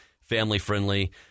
family-friendly